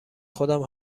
خودم